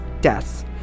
deaths